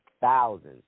thousands